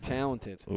Talented